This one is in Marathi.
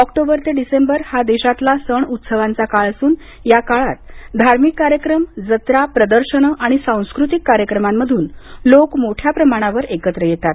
ऑक्टोबर ते डिसेंबर हा देशातला सण उत्सवांचा काळ असून या काळात धार्मिक कार्यक्रम जत्रा प्रदर्शनं आणि सांस्कृतिक कार्यक्रमांमधून लोक मोठ्या प्रमाणावर एकत्र येतात